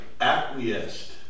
acquiesced